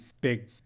big